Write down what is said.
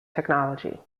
technology